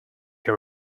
your